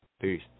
peace